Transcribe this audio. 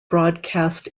broadcast